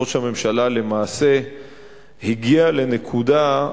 ראש הממשלה למעשה הגיע לנקודה,